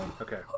Okay